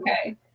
Okay